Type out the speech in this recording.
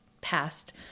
past